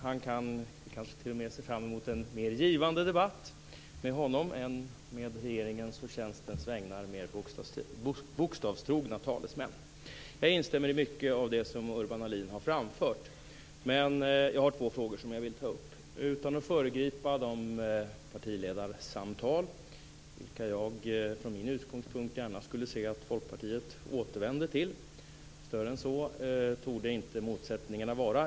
Man kan kanske t.o.m. se fram emot en mer givande debatt med honom än med regeringens å tjänstens vägnar mer bokstavstrogna talesmän. Jag instämmer i mycket av det som Urban Ahlin har framfört, men jag har ett par frågor som jag vill ta upp. Jag vill inte föregripa partiledarsamtalen. Dem skulle jag från min utgångspunkt gärna se att Folkpartiet återvände till. Större än så torde inte motsättningarna vara.